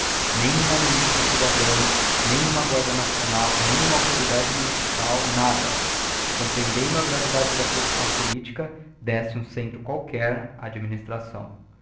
uma milícia cidadã nem uma guarda nacional nem uma autoridade municipal nada que comprehendendo a gravidade da posição politica desse ura centro qualquer á administração